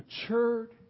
matured